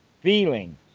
feeling